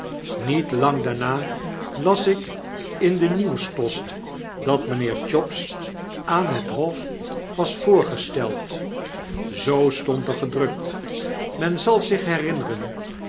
met lang daarna las ik in de meuwspost dat mijnheer chops aan het hof was voorgesteld zoo stond er gedrukt men zal zich herinneren